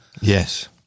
Yes